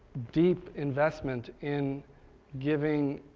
deep investment in giving